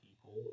people